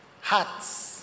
hats